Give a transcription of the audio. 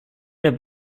der